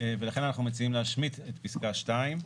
ולכן אנחנו מציעים להשמיט את פסקה (2).